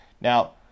Now